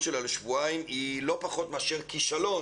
שלה לשבועיים היא לא פחות מאשר כישלון,